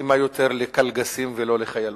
מתאימה יותר לקלגסים ולא לחיילות.